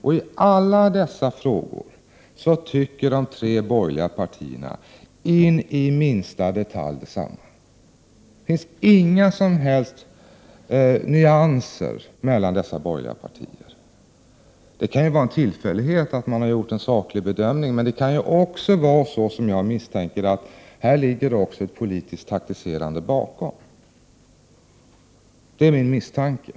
I alla dessa frågor tycker de tre borgerliga partierna in i minsta detalj detsamma. Det finns inga som helst nyanser mellan dessa borgerliga partier. Det kan vara en tillfällighet att de gjort en sådan saklig bedömning, men det kan också vara, som jag misstänker, ett politiskt taktikspel bakom. Det är min misstanke.